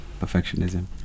perfectionism